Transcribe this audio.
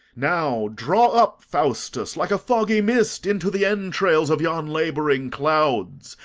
now draw up faustus, like a foggy mist, into the entrails of yon labouring cloud